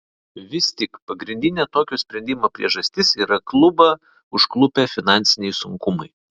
vis tik pagrindinė tokio sprendimo priežastis yra klubą užklupę finansiniai sunkumai